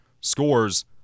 scores